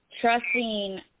trusting